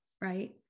right